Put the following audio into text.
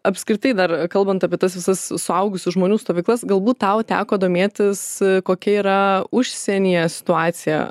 apskritai dar kalbant apie tas visas suaugusių žmonių stovyklas galbūt tau teko domėtis kokia yra užsienyje situacija